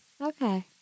Okay